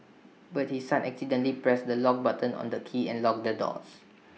but his son accidentally pressed the lock button on the key and locked the doors